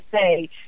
say